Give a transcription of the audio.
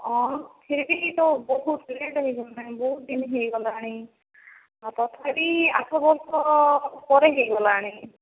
ହଁ ସେ ବି ତ ବହୁତ ଲେଟ୍ ହୋଇଗଲାଣି ବହୁତ ଦିନ ହୋଇଗଲାଣି ଆଉ ତଥାପି ଆଠ ବର୍ଷ ପରେ ହୋଇଗଲାଣି